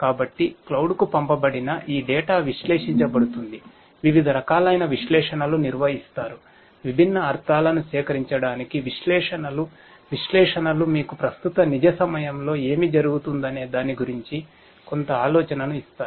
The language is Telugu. కాబట్టి క్లౌడ్కు పంపబడిన ఈ డేటా విశ్లేషించబడుతుంది వివిధ రకాలైన విశ్లేషణలు నిర్వహిస్తారు విభిన్న అర్థాలను సేకరించడానికి విశ్లేషణలు విశ్లేషణలు మీకు ప్రస్తుత నిజ సమయంలో ఏమి జరుగుతుందనే దాని గురించి కొంత ఆలోచనను ఇస్తాయి